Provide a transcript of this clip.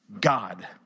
God